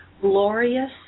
glorious